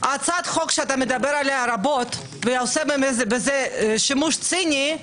הצעת החוק שאתה מדבר עליה רבות ועושה בה שימוש ציני,